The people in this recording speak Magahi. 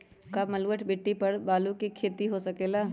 का बलूअट मिट्टी पर आलू के खेती हो सकेला?